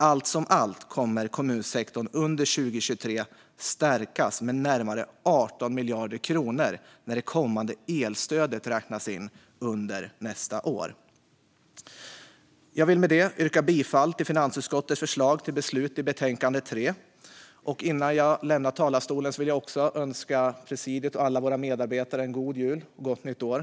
Allt som allt kommer kommunsektorn under 2023 att stärkas med närmare 18 miljarder kronor när det kommande elstödet räknas in under nästa år. Jag vill med detta yrka bifall till finansutskottets förslag till beslut i betänkande 3. Innan jag lämnar talarstolen vill jag också önska presidiet och alla våra medarbetare en god jul och ett gott nytt år.